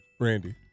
Randy